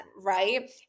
right